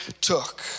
took